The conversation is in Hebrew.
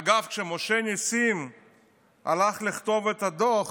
אגב, כשמשה נסים הלך לכתוב את הדוח